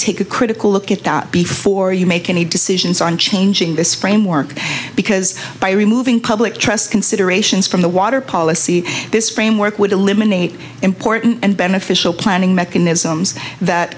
take a critical look at that before you make any decisions on changing this framework because by removing public trust considerations from the water policy this framework would eliminate important and beneficial planning mechanisms that